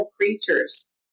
creatures